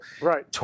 Right